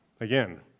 Again